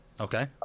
Okay